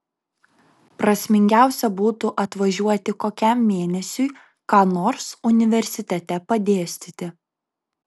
prasmingiausia būtų atvažiuoti kokiam mėnesiui ką nors universitete padėstyti